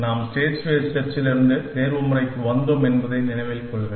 நாம் state space search ல் இருந்து தேர்வுமுறைக்கு வந்தோம் என்பதை நினைவில் கொள்க